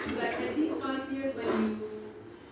like at least five years when you